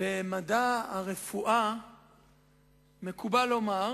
במדע הרפואה מקובל לומר,